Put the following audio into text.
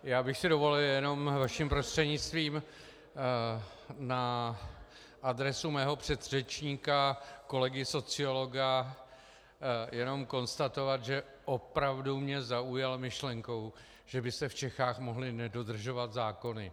Já bych si dovolil vaším prostřednictvím na adresu svého předřečníka kolegy sociologa jenom konstatovat, že opravdu mě zaujal myšlenkou, že by se v Čechách mohly nedodržovat zákony.